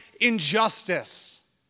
injustice